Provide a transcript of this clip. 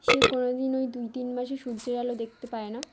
সে কোনো দিন ওই দুই তিন মাসে সূর্যের আলো দেখতে পায় না